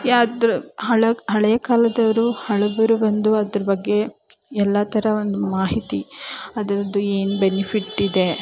ಯಾವುದ್ರೂ ಹಳೆ ಹಳೆ ಕಾಲದವರು ಹಳಬರು ಬಂದು ಅದ್ರ ಬಗ್ಗೆ ಎಲ್ಲ ಥರ ಒಂದು ಮಾಹಿತಿ ಅದರದ್ದು ಏನು ಬೆನಿಫಿಟ್ಟಿದೆ